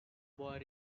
boy